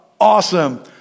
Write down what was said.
Awesome